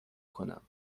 کنم